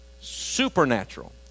supernatural